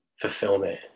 fulfillment